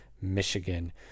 Michigan